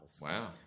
wow